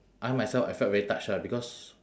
I myself I felt very touched lah because